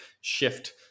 shift